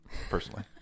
Personally